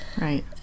Right